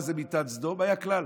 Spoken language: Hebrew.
היה כלל: